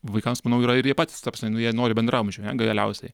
vaikams manau yra ir jie patys ta prasme nu jie nori bendraamžių galiausiai